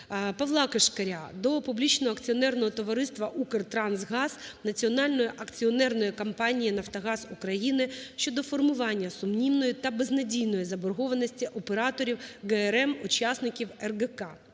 ПавлаКишкаря до Публічного акціонерного товариства "Укртрансгаз", Національної акціонерної компанії "Нафтогаз України" щодо формування сумнівної та безнадійної заборгованості операторів ГРМ-учасників РГК.